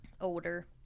older